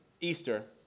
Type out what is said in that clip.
Easter